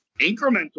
incremental